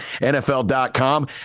nfl.com